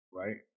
right